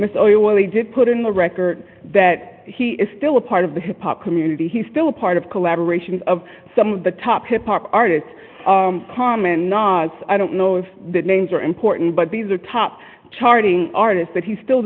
are you willing to put in the record that he is still a part of the hip hop community he's still a part of collaboration of some of the top hip hop artists common nas i don't know if the names are important but these are top charting artists that he still